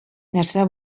нәрсә